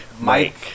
Mike